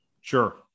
Sure